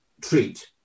treat